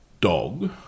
dog